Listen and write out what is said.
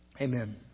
Amen